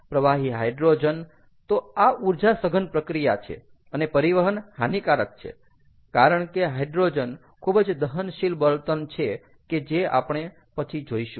પ્રવાહી હાઈડ્રોજન તો આ ઊર્જા સઘન પ્રક્રિયા છે અને પરિવહન હાનિકારક છે કારણ કે હાઈડ્રોજન ખુબ જ દહનશીલ બળતણ છે કે જે આપણે પછી જોઈશું